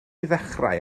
ddechrau